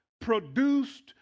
produced